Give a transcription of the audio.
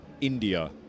India